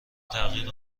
تغییر